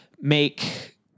make